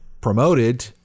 promoted